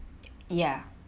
ya